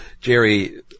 Jerry